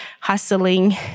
hustling